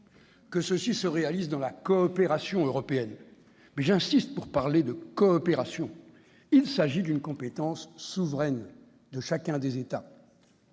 que cela se réalise dans la coopération européenne, mais j'y insiste, il faut parler de coopération, car il s'agit d'une compétence souveraine de chacun des États.